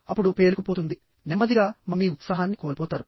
అప్పుడు అది పేరుకుపోతుంది ఆపై నెమ్మదిగా మీరు మీ ఉత్సాహాన్ని కోల్పోతారు